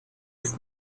ist